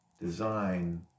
design